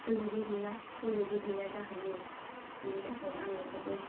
ओरैबो गैया हरैबो गैया जाहैयो बिनि थाखाय आङो जोबोद